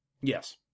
Yes